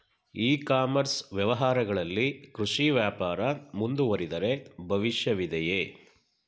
E commerce ವ್ಯವಹಾರಗಳಲ್ಲಿ ಕೃಷಿ ವ್ಯಾಪಾರ ಮುಂದುವರಿದರೆ ಭವಿಷ್ಯವಿದೆಯೇ?